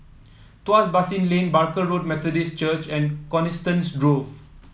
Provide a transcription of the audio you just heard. Tuas Basin Lane Barker Road Methodist Church and Coniston Grove